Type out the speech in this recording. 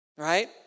right